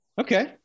Okay